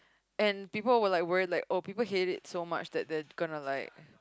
and people were like worried like oh people hate it so much that there's gonna like